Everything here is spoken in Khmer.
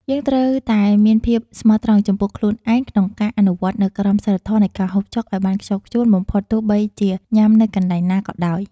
យើងត្រូវតែមានភាពស្មោះត្រង់ចំពោះខ្លួនឯងក្នុងការអនុវត្តនូវក្រមសីលធម៌នៃការហូបចុកឱ្យបានខ្ជាប់ខ្ជួនបំផុតទោះបីជាញ៉ាំនៅកន្លែងណាក៏ដោយ។